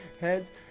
heads